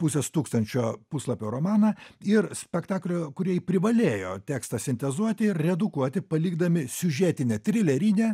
pusės tūkstančio puslapių romaną ir spektaklio kūrėjai privalėjo tekstą sintezuoti ir redukuoti palikdami siužetinę trilerinę